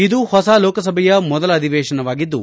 ಇದು ಹೊಸ ಲೋಕಸಭೆಯ ಮೊದಲ ಅಧಿವೇಶನವಾಗಿದ್ದು